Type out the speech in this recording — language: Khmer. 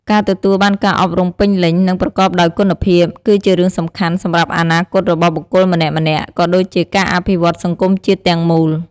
ការទទួលបានការអប់រំពេញលេញ និងប្រកបដោយគុណភាព គឺជារឿងសំខាន់សម្រាប់អនាគតរបស់បុគ្គលម្នាក់ៗ ក៏ដូចជាការអភិវឌ្ឍសង្គមជាតិទាំងមូល។